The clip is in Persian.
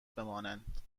بمانند